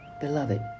beloved